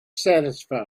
satisfied